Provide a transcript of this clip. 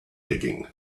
digging